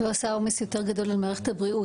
וזה גם עושה עומס יותר גדול על מערכת הבריאות,